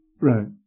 right